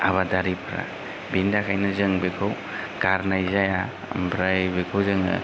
आबादारिफोरा बेनि थाखायनो जों बेखौ गारनाय जाया ओमफ्राय बेखौ जोङो